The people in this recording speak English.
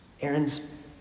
Aaron's